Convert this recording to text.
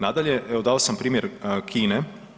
Nadalje, evo dao sam primjer Kine.